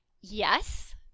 Yes